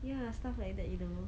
ya stuff like that you know